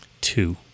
two